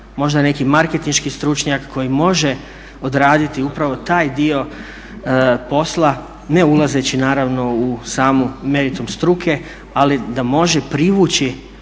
možda neki marketinški stručnjak koji može odraditi upravo taj dio posla ne ulazeći naravno u sam meritum struke ali da može privući